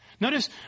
Notice